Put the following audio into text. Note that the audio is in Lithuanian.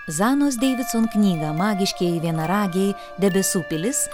zanos deividson knyga magiškieji vienaragiai debesų pilis